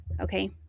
okay